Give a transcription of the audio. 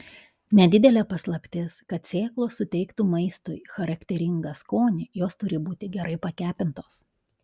nedidelė paslaptis kad sėklos suteiktų maistui charakteringą skonį jos turi būti gerai pakepintos